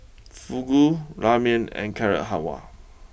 Fugu Ramen and Carrot Halwa